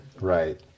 Right